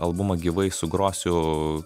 albumą gyvai sugrosiu